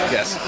Yes